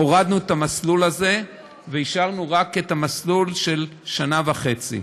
הורדנו את המסלול הזה והשארנו רק את המסלול של שנה וחצי.